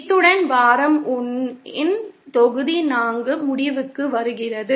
இத்துடன் வாரம் 1 இன் தொகுதி 4 முடிவுக்கு வருகிறது